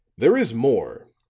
there is more,